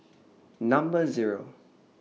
Number Zero